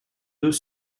deux